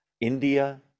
India